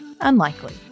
Unlikely